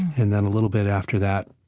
and then a little bit after that,